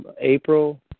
April